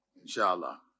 inshallah